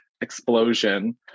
explosion